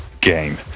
game